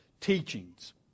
teachings